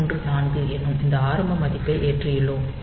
7634 என்னும் இந்த ஆரம்ப மதிப்பை ஏற்றியுள்ளோம்